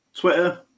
Twitter